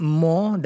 more